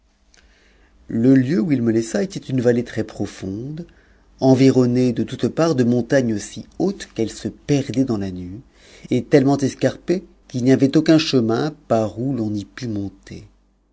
le lieu où ifme laissa était une vallée très profonde environnée de toutes parts de montagnes si hautes qu'elles se perdaient dans a nue et tellement escarpées qu'il n'y avait aucun chemin par où l'on y pût monter